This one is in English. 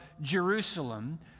Jerusalem